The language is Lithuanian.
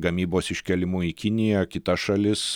gamybos iškėlimu į kiniją kitas šalis